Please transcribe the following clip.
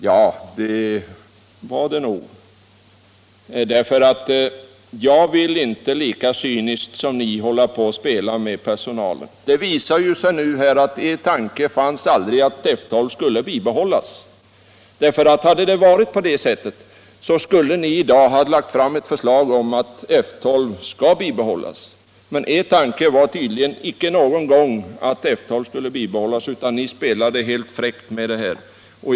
Ja, det var det nog, för jag vill inte lika cyniskt som ni hålla på och spela med personalen. Det visar sig ju nu att ni aldrig tänkte att F 12 skulle bibehållas. Hade det varit på det sättet, skulle ni i dag ha lagt fram ett förslag om att F 12 skall bibehållas. Er tanke var tydligen icke någon gång att F 12 skulle få finnas kvar, utan ni spelade helt fräckt med frågan.